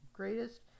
Greatest